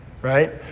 Right